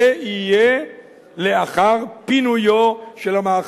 זה יהיה לאחר פינויו של המאחז.